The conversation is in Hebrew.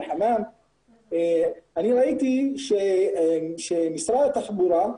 אני ראיתי שמשרד התחבורה,